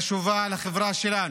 חשובה לחברה שלנו,